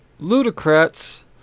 Ludocrats